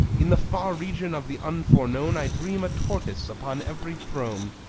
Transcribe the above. in the far region of the unforeknown i dream a tortoise upon every throne.